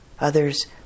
others